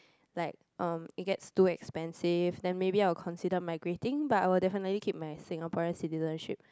like um it gets too expensive then maybe I'll consider migrating but I'll definitely keep my Singaporean citizenship